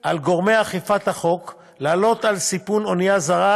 לגורמי אכיפת החוק לעלות על סיפון אונייה זרה